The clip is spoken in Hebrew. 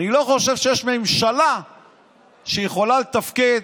אני לא חושב שיש ממשלה שיכולה לתפקד,